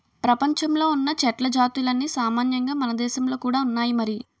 ప్రపంచంలో ఉన్న చెట్ల జాతులన్నీ సామాన్యంగా మనదేశంలో కూడా ఉన్నాయి మరి